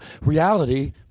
reality